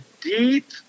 deep